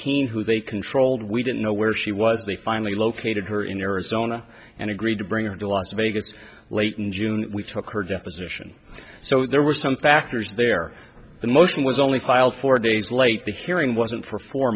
cain who they controlled we didn't know where she was they finally located her in arizona and agreed to bring her to las vegas late in june we took her deposition so there were some factors there the motion was only filed four days late the hearing wasn't for four